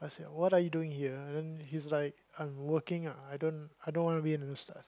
i said what are you doing here then his like I'm working ah I don't I don't want to be in this